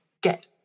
get